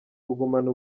kugumana